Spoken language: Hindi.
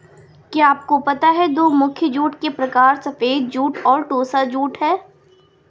क्या आपको पता है दो मुख्य जूट के प्रकार सफ़ेद जूट और टोसा जूट है